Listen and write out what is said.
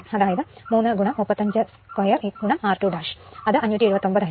അതായത് 3 35 2 r2 അല്ലെങ്കിൽ 579 ആയിരിക്കും